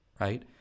right